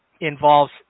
involves